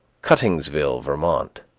cuttingsville, vermont,